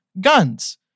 guns